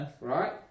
Right